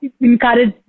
encourage